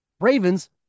Ravens